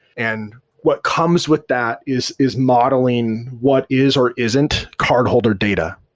and what comes with that is is modeling what is or isn't cardholder data.